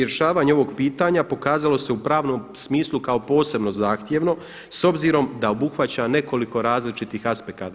Rješavanje ovog pitanja pokazalo se u pravnom smislu kao posebno zahtjevno s obzirom da obuhvaća nekoliko različitih aspekata.